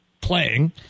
playing